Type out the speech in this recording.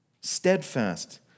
Steadfast